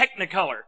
technicolor